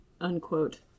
unquote